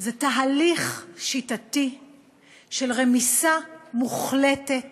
זה תהליך שיטתי של רמיסה מוחלטת